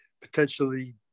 potentially